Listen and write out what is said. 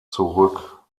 zurück